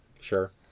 Sure